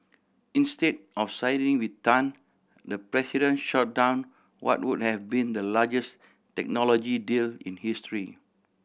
instead of siding with Tan the president shot down what would have been the largest technology deal in history